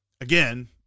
Again